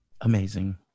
amazing